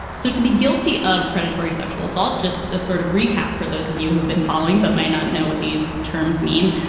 so to be guilty of predatory sexual assault, just sort of recap for those of you who've been following but might not know what these terms mean.